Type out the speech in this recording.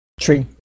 tree